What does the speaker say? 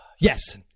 Yes